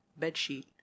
bedsheet